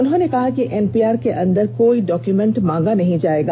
उन्होंने कहा कि एनपीआर के अंदर कोई डॉक्यमेंट मांगा नहीं जाएगा